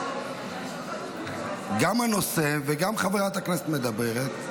גם הנושא, וגם חברת הכנסת מדברת.